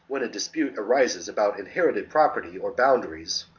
when a dispute arises about in herited property or boundaries,